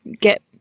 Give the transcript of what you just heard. get